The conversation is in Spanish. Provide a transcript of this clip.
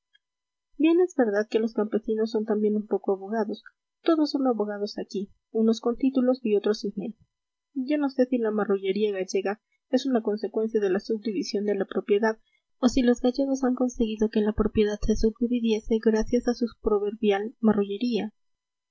bien es verdad que los campesinos son también un poco abogados todos son abogados aquí unos con título y otros sin él yo no sé si la marrullería gallega es una consecuencia de la subdivisión de la propiedad o si los gallegos han conseguido que la propiedad se subdividiese gracias a su proverbial marrullería